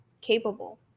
capable